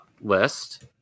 list